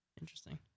Interesting